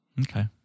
Okay